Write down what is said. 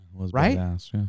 Right